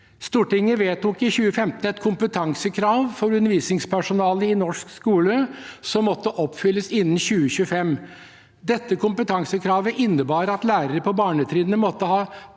Stortinget vedtok i 2015 et kompetansekrav for undervisningspersonalet i norsk skole, som måtte oppfylles innen 2025. Dette kompetansekravet innebar at lærere på barnetrinnet måtte ha